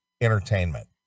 entertainment